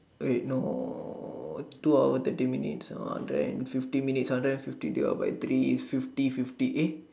wait no two hours thirty minutes uh hundred and fifty minutes hundred and fifty divide by three it's fifty fifty eh